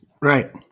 Right